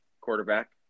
quarterback